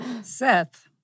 Seth